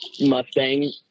Mustang